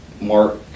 Mark